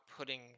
outputting